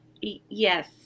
yes